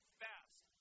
fast